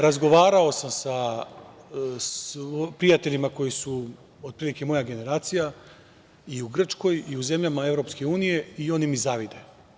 Razgovarao sam sa prijateljima koji su otprilike moja generacija i u Grčkoj i u zemljama Evropske unije i oni mi zavide.